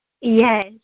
Yes